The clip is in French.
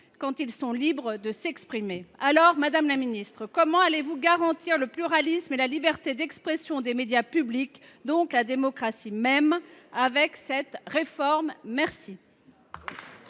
quand ils sont libres de s’exprimer. Madame la ministre, comment allez vous garantir le pluralisme et la liberté d’expression des médias publics, donc la démocratie elle même, avec cette réforme ? La